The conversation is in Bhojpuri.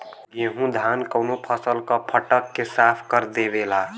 गेहू धान कउनो फसल क फटक के साफ कर देवेला